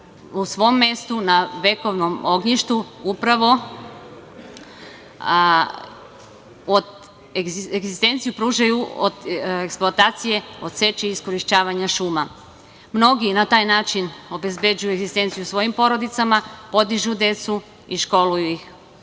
u svom mestu na vekovnom ognjištu upravo od eksploatacije, od seče i iskorišćavanja šuma. Mnogi na taj način obezbeđuju egzistenciju svojim porodicama, podižu decu i školuju ih,